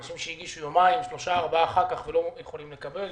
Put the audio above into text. ואנשים שהגישו שלושה-ארבעה ימים אחר כך ולא יכולים לקבל,